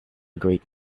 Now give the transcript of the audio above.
great